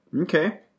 Okay